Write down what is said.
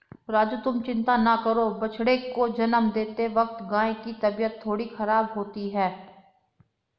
राजू तुम चिंता ना करो बछड़े को जन्म देते वक्त गाय की तबीयत थोड़ी खराब होती ही है